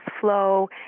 flow